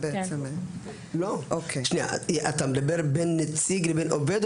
אתה מדבר בין נציג לבין עובד?